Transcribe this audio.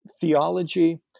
theology